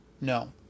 no